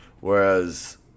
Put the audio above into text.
Whereas –